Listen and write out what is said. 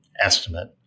estimate